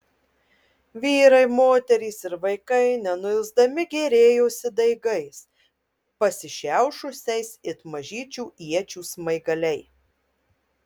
vyrai moterys ir vaikai nenuilsdami gėrėjosi daigais pasišiaušusiais it mažyčių iečių smaigaliai